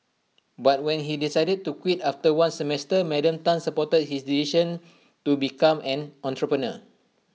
but when he decided to quit after one semester Madam Tan supported his decision to become an entrepreneur